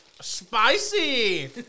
spicy